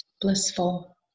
blissful